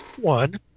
One